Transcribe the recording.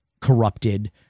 corrupted